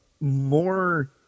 more